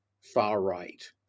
far-right